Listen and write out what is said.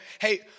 hey